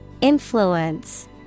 Influence